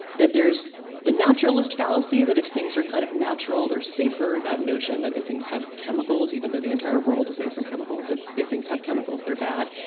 that there's the naturalist fallacy that if things are kind of natural, they're safer, that notion that if things have chemicals, even though the entire world is made from chemicals, if things have chemicals, they're bad,